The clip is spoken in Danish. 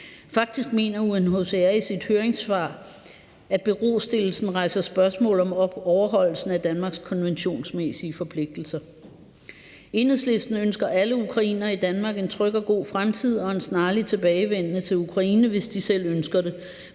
Faktisk mener UNHCR i sit høringssvar, at berostillelsen rejser spørgsmål om overholdelsen af Danmarks konventionsmæssige forpligtelser. Enhedslisten ønsker alle ukrainere i Danmark en tryg og god fremtid og en snarlig tilbagevenden til Ukraine, hvis de selv ønsker det,